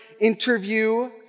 interview